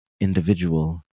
individual